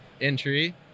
entry